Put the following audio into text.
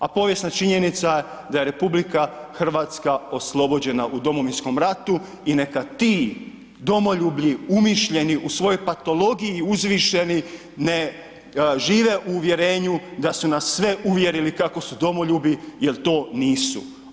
A povijesna činjenica je da je RH oslobođena u Domovinskom ratu i neka ti domoljubi umišljeni u svojoj patologiji uzvišeni ne žive u uvjerenju da su nas sve uvjerili kako su domoljubi jer to nisu.